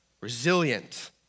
resilient